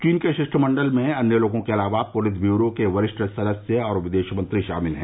चीन के शिष्टमंडल में अन्य लोगों के अलावा पोलित ब्यूरो के वरिष्ठ सदस्य और विदेश मंत्री शामिल हैं